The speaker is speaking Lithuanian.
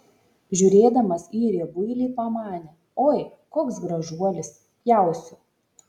žiūrėdamas į riebuilį pamanė oi koks gražuolis pjausiu